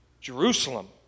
Jerusalem